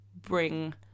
bring